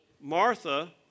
Martha